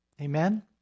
Amen